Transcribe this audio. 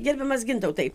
gerbiamas gintautai